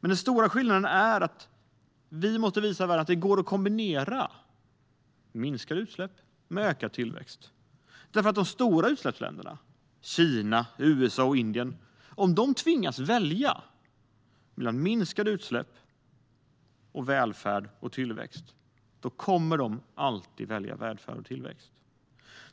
Men den stora skillnaden vi kan göra för världen är att visa att det går att kombinera minskade utsläpp med ökad tillväxt. Om de stora utsläppsländerna - Kina, USA och Indien - tvingas välja mellan minskade utsläpp och välfärd och tillväxt kommer de alltid att välja välfärd och tillväxt.